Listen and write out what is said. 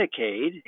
Medicaid